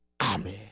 amen